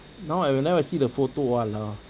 now I whenever I see the photo !walao!